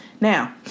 Now